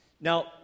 Now